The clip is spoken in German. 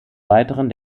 weiteren